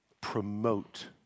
promote